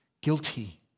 guilty